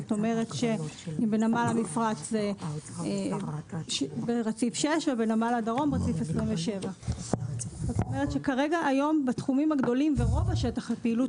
זאת אומרת בנמל המפרץ ברציף 6 ובנמל הדרום רציף 27. זאת אומרת היום בתחומים הגדולים ברוב שטח הפעילות